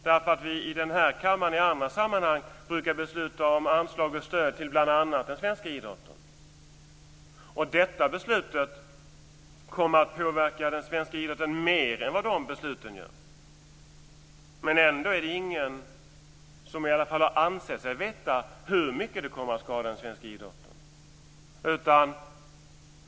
I andra sammanhang brukar vi i denna kammare besluta om anslag om stöd bl.a. till den svenska idrotten. Detta beslut kommer att påverka den svenska idrotten mer än vad de besluten gör. Ändå är det ingen som i alla fall anser sig veta hur mycket detta kommer att skada den svenska idrotten.